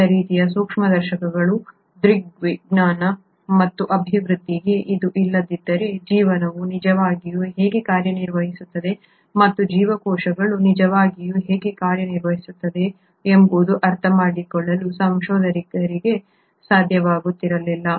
ವಿವಿಧ ರೀತಿಯ ಸೂಕ್ಷ್ಮದರ್ಶಕಗಳ ದೃಗ್ವಿಜ್ಞಾನ ಮತ್ತು ಅಭಿವೃದ್ಧಿಗೆ ಇದು ಇಲ್ಲದಿದ್ದರೆ ಜೀವನವು ನಿಜವಾಗಿಯೂ ಹೇಗೆ ಕಾರ್ಯನಿರ್ವಹಿಸುತ್ತದೆ ಮತ್ತು ಜೀವಕೋಶಗಳು ನಿಜವಾಗಿಯೂ ಹೇಗೆ ಕಾರ್ಯನಿರ್ವಹಿಸುತ್ತವೆ ಎಂಬುದನ್ನು ಅರ್ಥಮಾಡಿಕೊಳ್ಳಲು ಸಂಶೋಧಕರಿಗೆ ಸಾಧ್ಯವಾಗುತ್ತಿರಲಿಲ್ಲ